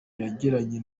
yagiranye